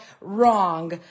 wrong